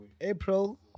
April